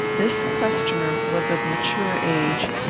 this questioner was of mature age,